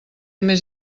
més